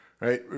right